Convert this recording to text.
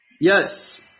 yes